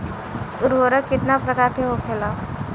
उर्वरक कितना प्रकार के होखेला?